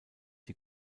die